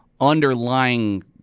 underlying